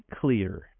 clear